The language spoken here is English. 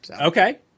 Okay